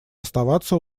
оставаться